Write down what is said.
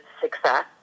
success